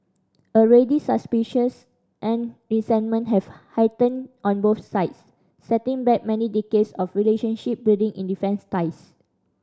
already suspicions and resentment have heightened on both sides setting back many decades of relationship building in defence ties